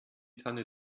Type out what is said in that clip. tanne